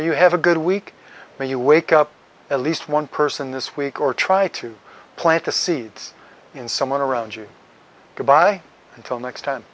you have a good week when you wake up at least one person this week or try to plant the seeds in someone around you to buy until next time